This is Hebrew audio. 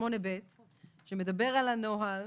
שמדבר על הנוהל